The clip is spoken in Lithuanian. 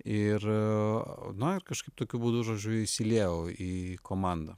ir na ir kažkaip tokiu būdu žodžiu įsiliejau į komandą